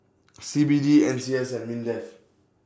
C B D N C S and Mindef